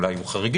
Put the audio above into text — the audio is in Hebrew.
אולי יהיו חריגים,